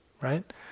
right